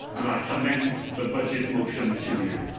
and i comment the budget motion to you.